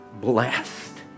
blessed